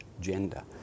gender